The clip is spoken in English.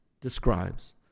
describes